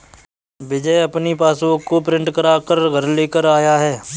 विजय अपनी पासबुक को प्रिंट करा कर घर लेकर आया है